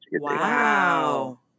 Wow